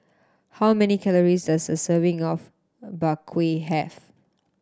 how many calories does a serving of Bak Kwa have